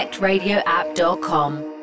radioapp.com